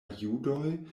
judoj